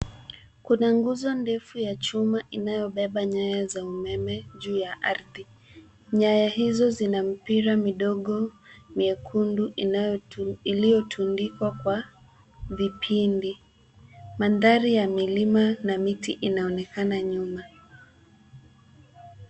Kuna nguzo ndefu ya chuma inayobeba nyaya za umeme ya ardhi. Nyaya hizo zina mipira midogo myekundu inayotundikwa kwa vipindi. Mandhari ya milima na miti inaonekana nyuma.